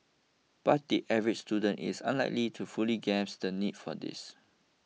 but the average student is unlikely to fully grasp the need for this